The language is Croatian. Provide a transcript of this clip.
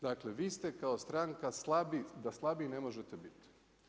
Dakle, vi ste kao stranka slabiji da slabiji ne možete biti.